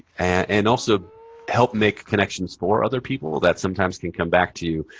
and also help make connections for other people that sometimes can come back to you.